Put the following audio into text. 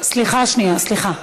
סליחה שנייה, סליחה.